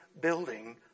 building